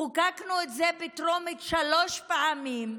חוקקנו את זה בטרומית שלוש פעמים.